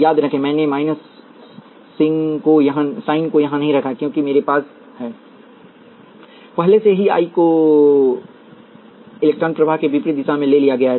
याद रखें मैंने माइनस सिंग को यहां नहीं रखा क्योंकि मेरे पास है पहले से ही I को इलेक्ट्रॉन प्रवाह के विपरीत दिशा में ले लिया है